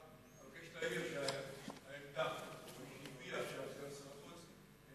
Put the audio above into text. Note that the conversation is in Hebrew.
עירק בבקשה לפעול למניעת השחתתו של בית-הכנסת האחרון בעיר,